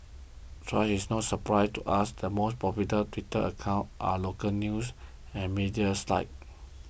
thus it's no surprise to us the most popular Twitter accounts are local news and media sites